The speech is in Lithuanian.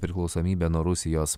priklausomybę nuo rusijos